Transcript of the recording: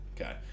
okay